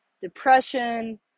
depression